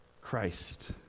Christ